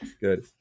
good